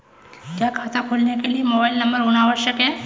क्या खाता खोलने के लिए मोबाइल नंबर होना आवश्यक है?